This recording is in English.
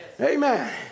Amen